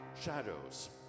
shadows